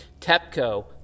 TEPCO